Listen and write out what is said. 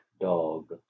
dog